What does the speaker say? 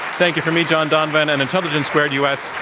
thank you from me, john donvan and intelligence squared u. s.